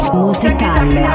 musical